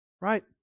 Right